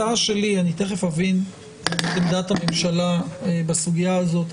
אני תכף אבין את עמדת הממשלה בסוגיה הזאת.